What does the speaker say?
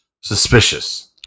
Suspicious